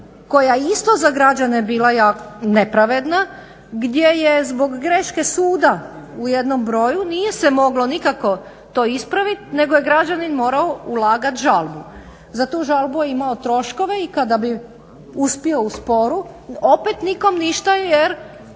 koja je isto za građane bila nepravedna gdje je zbog greške suda u jednom broju nije se moglo nikako to ispraviti nego je građanin morao ulagati žalbu. Za tu žalbu je imao troškove i kada bi uspio u sporu opet nikom ništa jer